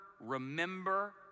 remember